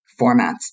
formats